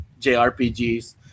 JRPGs